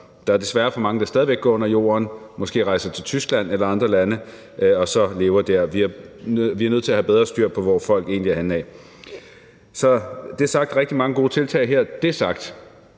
Der er desværre for mange, der stadig væk går under jorden, måske rejser til Tyskland eller andre lande og så lever der. Vi er nødt til at have bedre styr på, hvor folk egentlig er henne. Så som sagt er der rigtig mange gode tiltag her. Det sagt,